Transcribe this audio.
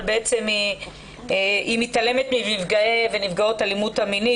אבל היא מתעלמת מנפגעי ונפגעות אלימות המינית